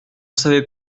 savez